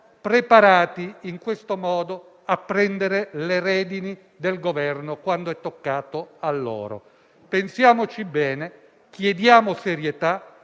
preparati in questo modo a prendere le redini del Governo quando è toccato a loro. Pensiamoci bene. Chiediamo serietà;